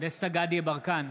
דסטה גדי יברקן,